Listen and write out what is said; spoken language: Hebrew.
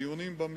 בדיונים במליאה.